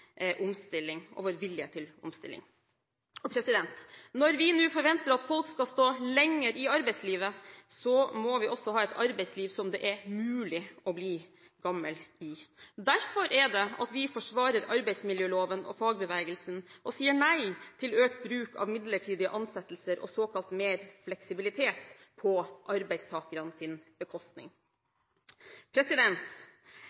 omstilling. Når vi nå forventer at folk skal stå lenger i arbeidslivet, må vi også ha et arbeidsliv som det er mulig å bli gammel i. Det er derfor vi forsvarer arbeidsmiljøloven og fagbevegelsen og sier nei til økt bruk av midlertidige ansettelser og såkalt mer fleksibilitet på arbeidstakernes bekostning.